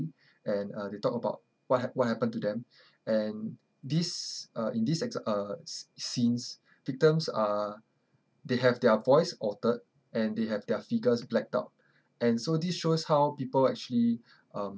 and uh they talk about what hap~ what happened to them and these uh in these exa~ uh s~ scenes victims are they have their voice altered and they have their figures blacked out and so this shows how people actually um